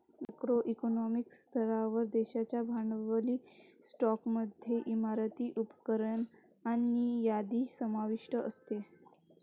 macro economic स्तरावर, देशाच्या भांडवली स्टॉकमध्ये इमारती, उपकरणे आणि यादी समाविष्ट असते